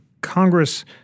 Congress